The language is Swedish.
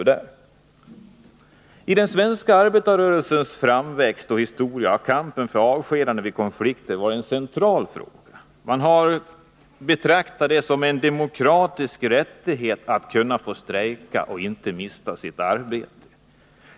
Under den svenska arbetarrörelsens framväxt har kampen mot avskedanden vid konflikter varit en central fråga. Det har betraktats som en demokratisk rättighet att få strejka utan att mista sitt arbete.